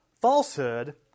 falsehood